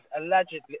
allegedly